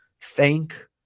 thank